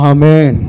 Amen